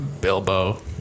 Bilbo